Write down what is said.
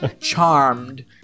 charmed